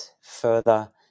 further